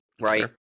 Right